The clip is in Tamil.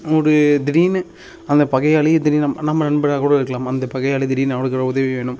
ஒரு திடீர்னு அந்தப் பகையாளி திடீர்னு நம் நம்ம நண்பராக கூட இருக்கலாம் அந்தப் பகையாளி திடீர்னு அவனுக்கு ஒரு உதவி வேணும்